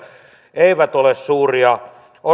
eivät ole suuria